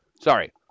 Sorry